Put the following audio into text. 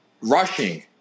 rushing